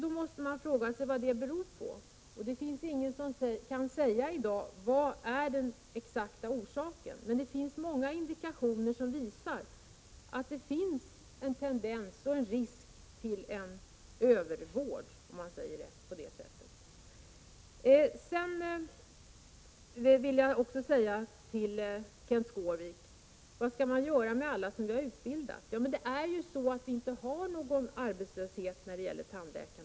Man måste fråga sig vad som ligger bakom detta. Ingen kan i dag säga vad som är den exakta orsaken, men det finns många indikationer på en risk för en ”övervård”. Kenth Skårvik frågar: Vad skall man göra med alla dem som vi har utbildat? Men det finns i dag ingen arbetslöshet bland tandläkarna.